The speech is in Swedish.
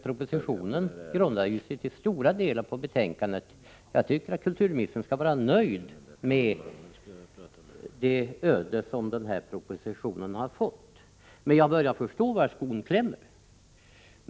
Propositionen grundar sig ju till stora delar på det betänkandet. Jag tycker att kulturministern skall vara nöjd med det öde som propositionen har fått. Men jag börjar förstå var skon klämmer.